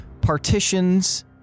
partitions